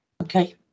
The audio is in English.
Okay